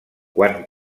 quan